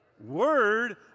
word